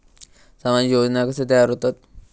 सामाजिक योजना कसे तयार होतत?